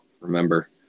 remember